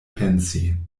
pensi